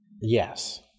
Yes